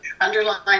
underline